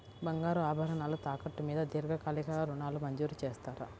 బంగారు ఆభరణాలు తాకట్టు మీద దీర్ఘకాలిక ఋణాలు మంజూరు చేస్తారా?